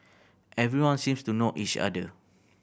everyone seems to know each other